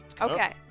Okay